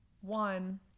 one